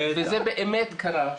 וזה באמת קרה,